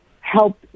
help